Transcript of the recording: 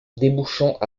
débouchant